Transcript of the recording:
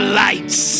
lights